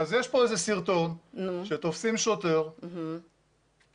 אז יש פה סרטון שתופסים שוטר מוסלמי,